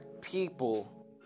people